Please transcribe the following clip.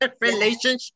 relationship